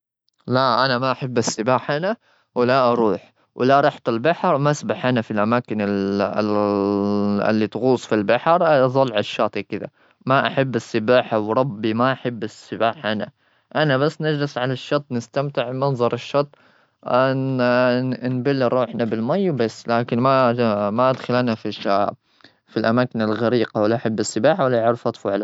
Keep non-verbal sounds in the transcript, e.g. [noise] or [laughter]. لا، أنا ما أحب السباحة أنا، ولا أروح، ولا رحت البحر، ما أسبح أنا في الأماكن ال-اللي تغوص في البحر، أظلع على الشاطئ كذا. ما أحب السباحة، وربي ما أحب السباحةأنا-أنا بس نجلس على الشط، نستمتع بمنظر الشط، [hesitation] نبل روحنا بالمي، وبس. لكن ما-ما أدخل أنا في الأماكن الغريقة، ولا أحب السباحة، ولا يعرفوا يطفوا.